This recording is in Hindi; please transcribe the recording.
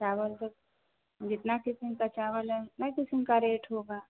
चावल तो जितना किस्म का चावल है उतना किस्म का रेट होगा